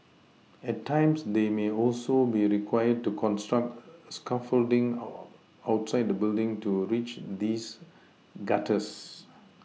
at times they may also be required to construct scaffolding outside the building to reach these gutters